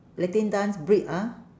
latin dance break ah